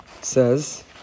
says